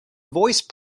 voice